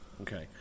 okay